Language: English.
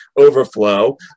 overflow